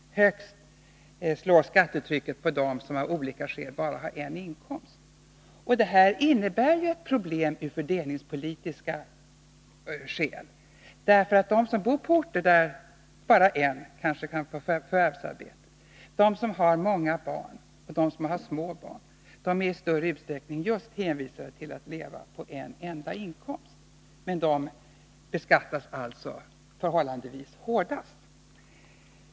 Högst slår skattetrycket mot dem som av olika skäl har bara en inkomst. Detta innebär ett problem av fördelningspolitiska skäl. De som bor på orter där kanske bara en kan förvärvsarbeta, de som har många barn och de som har små barn, de är i större utsträckning just hänvisade till att leva på en enda inkomst. Men de beskattas alltså förhållandevis hårdast.